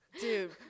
Dude